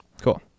Cool